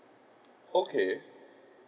okay